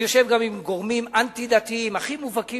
אני יושב גם עם גורמים אנטי-דתיים הכי מובהקים,